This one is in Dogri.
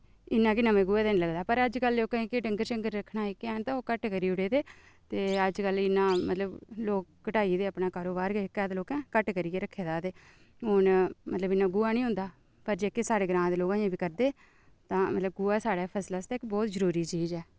ते इन्ना कि नमें गोहे दा नेईं लगदा ऐ पर अजकल लोकें जेह्के डंगर शंगर रक्खना जेह्के हैन ते ओह् घट्ट करी ओड़े दे ते अजकल इन्ना मतलब लोक घटाई गेदे अपना कारोबार गै जेह्का ऐ ते लोकें घट्ट करियै रक्खे दा ऐ ते हुन मतलब इन्ना गोहा नेईं होंदा पर जेह्के साढ़े ग्रांऽ दे लोक अजें बी करदे तां मतलब गोहा साढ़ी फसल आस्तै इक बहुत जरूरी चीज ऐ